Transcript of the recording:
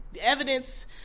evidence